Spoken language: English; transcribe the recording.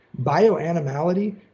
bioanimality